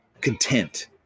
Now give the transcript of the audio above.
content